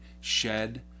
shed